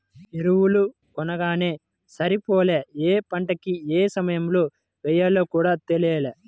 ఎరువులు కొనంగానే సరిపోలా, యే పంటకి యే సమయంలో యెయ్యాలో కూడా తెలియాల